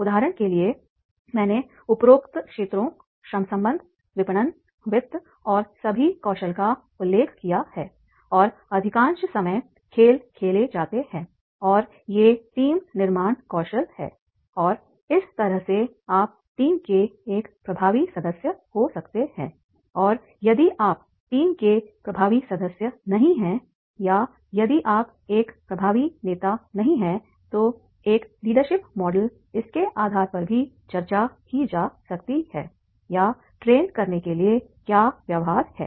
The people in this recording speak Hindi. उदाहरण के लिए मैंने उपरोक्त क्षेत्रों श्रम संबंध विपणन वित्त और सभी कौशल का उल्लेख किया है और अधिकांश समय खेल खेले जाते हैं और ये टीम निर्माण कौशल है और इस तरह से आप टीम के एक प्रभावी सदस्य हो सकते हैं और यदि आप टीम के प्रभावी सदस्य नहीं हैं या यदि आप एक प्रभावी नेता नहीं हैं तो एक लीडरशिप मॉडल इसके आधार पर भी चर्चा की जा सकती है या trian करने के लिए क्या व्यवहार है